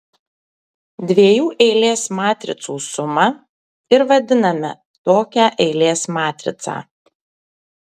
dviejų eilės matricų suma ir vadiname tokią eilės matricą